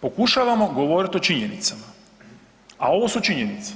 Pokušavamo govoriti o činjenicama, a ovo su činjenice